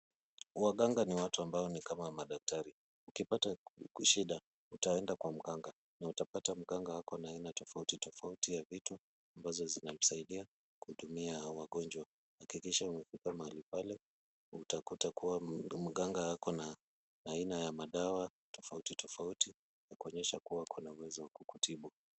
Waganga ni watu ambao ni kama madaktari. Ukipata shida utaenda kwa mganga na utapata mganga ako na aina tofauti tofauti ya vitu ambazo zinamsaidia kuhudumiwa wagonjwa. Hakikisha umefika mahali pale utakuta kuwa mganga ako na aina ya madawa tofauti tofauti kuonyesha kuwa ako na uwezo wa kukutibu.